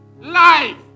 Life